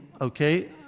Okay